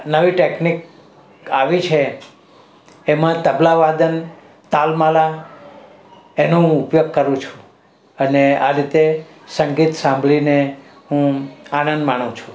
નવી ટેકનિક આવી છે એમાં તબલા વાદન તાલ માલા એનો હું ઉપયોગ કરું છું અને આ રીતે સંગીત સાંભળીને હું આનંદ માણું છું